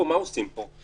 מה עושים פה?